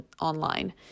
online